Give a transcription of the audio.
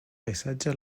paisatge